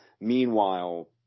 Meanwhile